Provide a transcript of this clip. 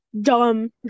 dumb